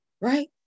right